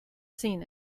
seen